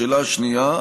לשאלה השנייה,